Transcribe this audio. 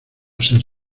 ser